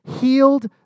Healed